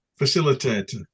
facilitator